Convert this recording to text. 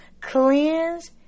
Cleanse